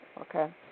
Okay